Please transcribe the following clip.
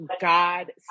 God